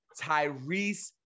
tyrese